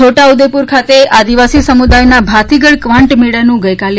છોટા ઉદેપુર ખાતે આદિવાસી સમુદાયના ભાતીગળ ક્વાંટ મેળાનું ગઇકાલે